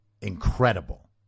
incredible